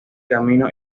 camino